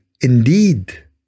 Indeed